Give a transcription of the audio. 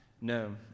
No